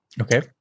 Okay